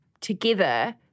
together